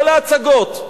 לא להצגות.